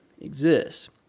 exists